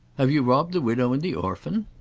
have you robbed the widow and the orphan?